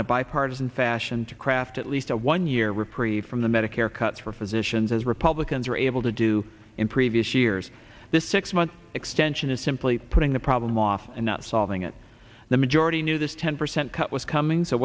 in a bipartisan fashion to craft at least a one year reprieve from the medicare cuts for physicians as republicans are able to do in previous years this six month extension is simply putting the problem off and not solving it the majority knew this ten percent cut was coming so